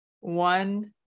One